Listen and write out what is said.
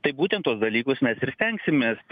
tai būtent tuos dalykus mes ir stengsimės